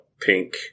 pink